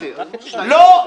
--- אדוני,